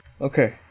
Okay